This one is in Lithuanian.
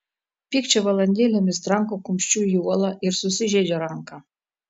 pykčio valandėlėmis tranko kumščiu į uolą ir susižeidžia ranką